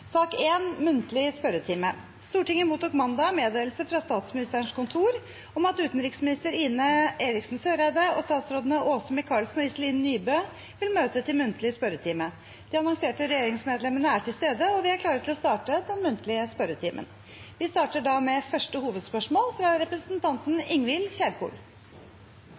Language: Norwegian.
Stortinget mottok mandag meddelelse fra Statsministerens kontor om at utenriksminister Ine M. Eriksen Søreide og statsrådene Åse Michaelsen og Iselin Nybø vil møte til muntlig spørretime. De annonserte regjeringsmedlemmene er til stede, og vi er klare til å starte den muntlige spørretimen. Vi starter da med første hovedspørsmål, fra representanten Ingvild Kjerkol.